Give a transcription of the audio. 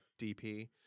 dp